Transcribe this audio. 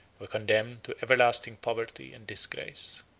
were condemned to everlasting poverty and disgrace.